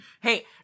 hey